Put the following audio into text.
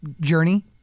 journey